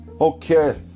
Okay